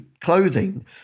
clothing